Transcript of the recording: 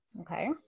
Okay